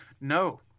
No